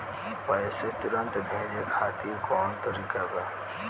पैसे तुरंत भेजे खातिर कौन तरीका बा?